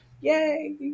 yay